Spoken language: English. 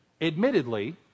admittedly